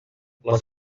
les